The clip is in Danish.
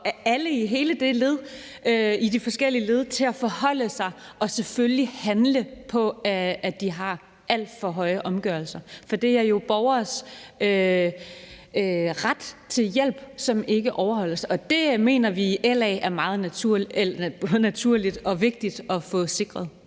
og alle i de forskellige led, til at forholde sig til og selvfølgelig handle på, at de har en alt for høj omgørelsesprocent. Det er jo borgernes ret til hjælp, som ikke overholdes, og det mener vi naturligvis i LA er meget vigtigt at få sikret.